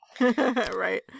Right